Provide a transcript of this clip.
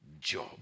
job